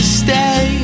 stay